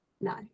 No